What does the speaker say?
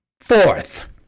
Fourth